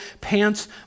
pants